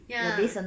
ya